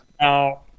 Now